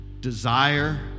desire